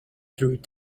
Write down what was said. through